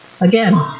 Again